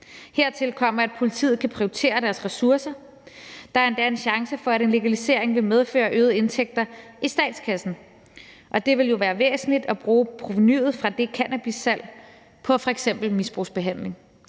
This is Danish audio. Hertil kommer, at politiet kan prioritere deres ressourcer, og der er endda en chance for, at en legalisering vil medføre øgede indtægter i statskassen, og det vil jo være væsentligt at bruge provenuet fra det cannabissalg på f.eks. misbrugsbehandling,